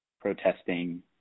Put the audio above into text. protesting